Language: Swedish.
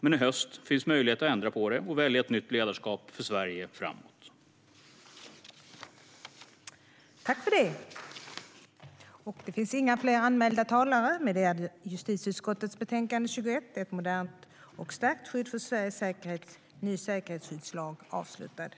I höst finns dock möjlighet att ändra på detta och välja ett nytt ledarskap för Sverige framåt.